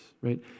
right